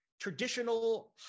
traditional